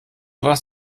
was